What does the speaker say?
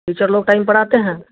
teacher लोग time पर आते हैं